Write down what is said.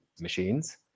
machines